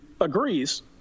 agrees